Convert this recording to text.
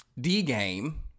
D-game